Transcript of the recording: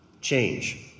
change